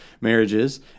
marriages